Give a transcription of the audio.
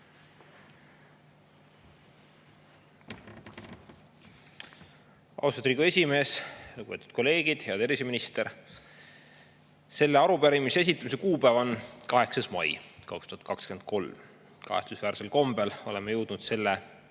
Riigikogu esimees! Lugupeetud kolleegid! Hea terviseminister! Selle arupärimise esitamise kuupäev on 8. mai 2023. Kahetsusväärsel kombel oleme jõudnud selle